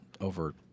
over